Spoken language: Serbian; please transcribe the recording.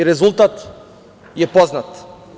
Rezultat je poznat.